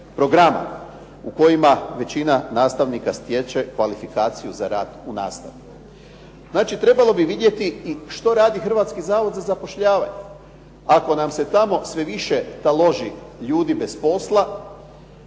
u kojima većina nastavnika stječe kvalifikaciju za rad u nastavi. Znači, trebalo bi vidjeti i što radi Hrvatski zavod za zapošljavanje. Ako nam se tamo sve više taloži ljudi bez posla,